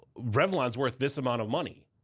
revlon's worth this amount of money.